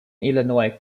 illinois